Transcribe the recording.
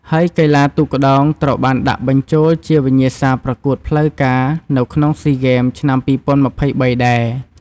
ហើយកីឡាទូកក្ដោងត្រូវបានដាក់បញ្ចូលជាវិញ្ញាសាប្រកួតផ្លូវការនៅក្នុងស៊ីហ្គេមឆ្នាំ២០២៣ដែរ។